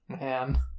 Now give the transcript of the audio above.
man